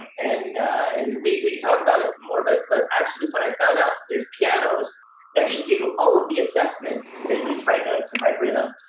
and and we can talk about it more, but but actually what i found out is that there's pianos that can do all of the assessments, at least right note and right rhythm.